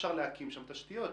אי-אפשר להקים שם תשתיות.